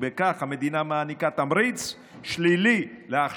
ובכך המדינה מעניקה תמריץ שלילי להכשרות.